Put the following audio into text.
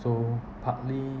so partly